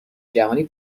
جهانی